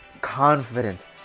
Confident